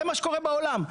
זה מה שקורה בעולם.